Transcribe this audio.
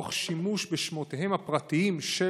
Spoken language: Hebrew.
תוך שימוש בשמותיהם הפרטיים של